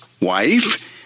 wife